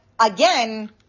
again